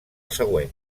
següent